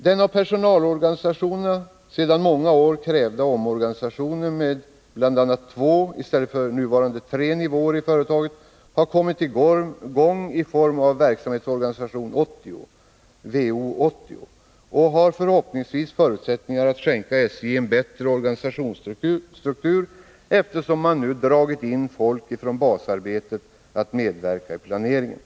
Den av personalorganisationerna sedan många år krävda omorganisationen med bl.a. två i stället för nuvarande tre nivåer i företaget har kommit i gång i form av Verksamhetsorganisation 80, VO 80. Denna har förhoppningsvis förutsättningar att ge SJ en bättre organisationsstruktur, eftersom man dragit in folk från basarbetet för att de skall medverka i planeringen.